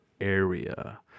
area